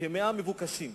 כ-100 מבוקשים.